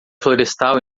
florestal